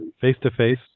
Face-to-face